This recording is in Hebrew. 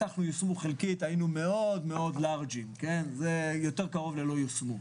יותר קרוב ללא יושמו.